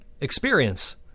experience